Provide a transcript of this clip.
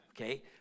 Okay